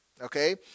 Okay